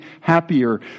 happier